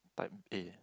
type A